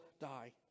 die